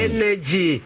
Energy